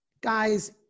Guys